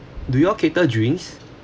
do you all cater drinks